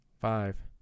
five